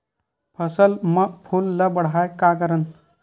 फसल म फूल ल बढ़ाय का करन?